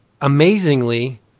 Amazingly